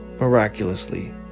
miraculously